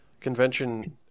Convention